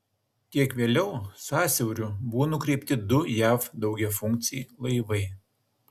kiek vėliau sąsiauriu buvo nukreipti du jav daugiafunkciai laivai